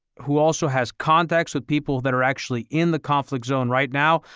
who also has contacts with people that are actually in the conflict zone right now,